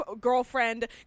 girlfriend